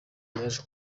yaje